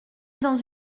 dans